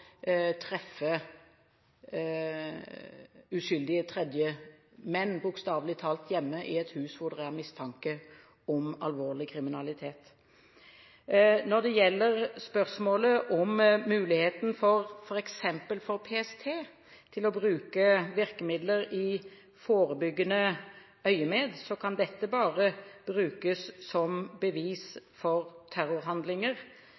treffe uskyldige tredjemenn – bokstavelig talt – hjemme i et hus hvor det er mistanke om alvorlig kriminalitet. Når det gjelder spørsmålet om muligheten for f.eks. PST til å bruke virkemidler i forebyggende øyemed, kan det bare brukes som